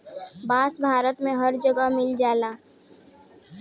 बांस भारत में हर जगे मिल जाला